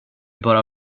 bara